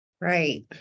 Right